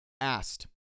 asked